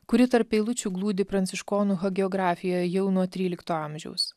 kuri tarp eilučių glūdi pranciškonų hagiografijoje jau nuo trylikto amžiaus